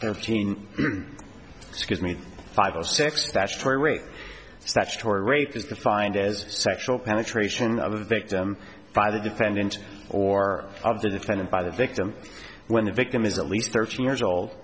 thirteen excuse me five or six statutory rape statutory rape is defined as sexual penetration of the victim by the defendant or of the defendant by the victim when the victim is at least thirteen years old